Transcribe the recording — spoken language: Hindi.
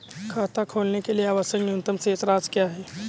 खाता खोलने के लिए आवश्यक न्यूनतम शेष राशि क्या है?